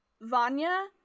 Vanya